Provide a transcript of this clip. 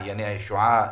מעייני הישועה,